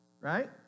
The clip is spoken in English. right